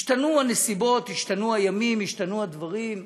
השתנו הנסיבות, השתנו הימים, השתנו הדברים,